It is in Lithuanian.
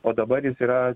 o dabar jis yra